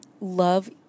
love